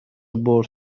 بٌرد